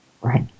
Right